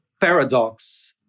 paradox